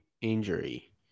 injury